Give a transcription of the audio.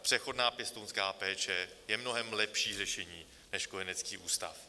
Přechodná pěstounská péče je mnohem lepší řešení než kojenecký ústav.